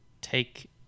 take